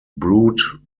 brewed